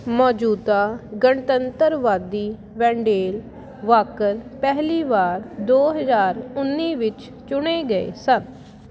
ਮੌਜੂਦਾ ਗਣਤੰਤਰਵਾਦੀ Wendell Walker ਪਹਿਲੀ ਵਾਰ ਦੋ ਹਜ਼ਾਰ ਉੱਨੀ ਵਿੱਚ ਚੁਣੇ ਗਏ ਸਨ